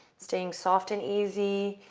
staying soft and easy,